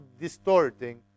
distorting